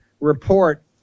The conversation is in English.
Report